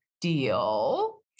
deal